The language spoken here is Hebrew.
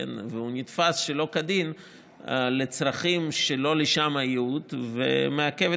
שסובל מהטרדות והתנכלויות של מתנחלים ושל הצבא שמשרת